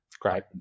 great